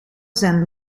zijn